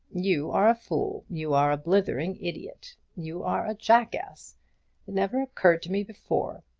you are a fool! you are a blithering idiot! you are a jackass! it never occurred to me before.